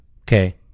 Okay